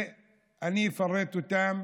אני אפרט אותם.